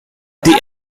this